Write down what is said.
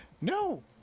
no